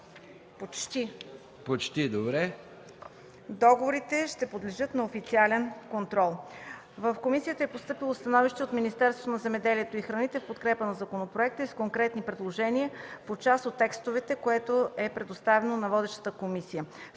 високи такси. Договорите ще подлежат на официален контрол. В комисията е постъпило становище от Министерството на земеделието и храните в подкрепа на законопроекта и с конкретни предложения по част от текстовете, което е предоставено на водещата комисия.